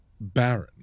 baron